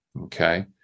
Okay